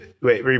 Wait